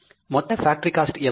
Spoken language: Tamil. மொத்த பேக்டரி காஸ்ட் எவ்வளவு